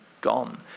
gone